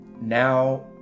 Now